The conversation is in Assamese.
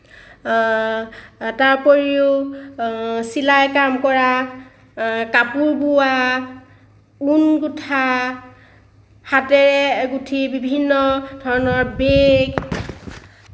তাৰোপৰিও চিলাই কাম কৰা কাপোৰ বোৱা ঊণ গুঠা হাতেৰে গুঠি বিভিন্ন ধৰণৰ বেগ